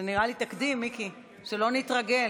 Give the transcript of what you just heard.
זה נראה לי תקדים, מיקי, שלא נתרגל.